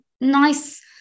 nice